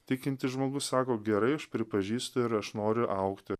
tikintis žmogus sako gerai aš pripažįstu ir aš noriu augti